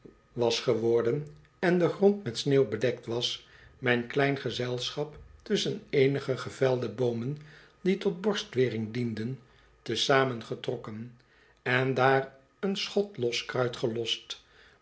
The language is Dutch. was geworden en de grond met sneeuw bedekt was mijn klein gezelschap tusschen e enige gevelde boomen die tot borstwering dienden te zamen getrokken en daar een schot los kruit gelost